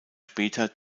später